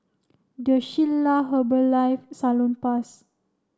The Shilla Herbalife Salonpas